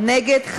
נגד,